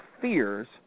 fears